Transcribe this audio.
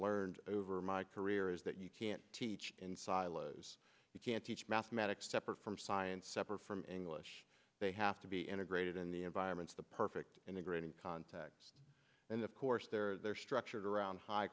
learned over my career is that you can't teach in silos you can't teach mathematics separate from science separate from english they have to be integrated in the environments the perfect integrating context and of course they're structured around high